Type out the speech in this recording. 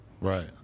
Right